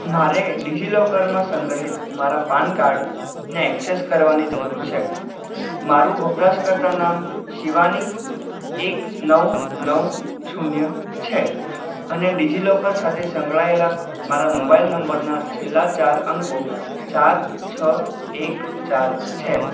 મારે ડિજિલોકરમાં સંગ્રહિત મારા પાન કાર્ડને ઍક્સેસ કરવાની જરૂર છે મારું વપરાશકર્તા નામ શિવાની એક નવ નવ શૂન્ય છે અને ડિજિલોકર સાથે સંકળાયેલા મારા મોબાઇલ નંબરના છેલ્લા ચાર અંકો ચાર છ એક ચાર છે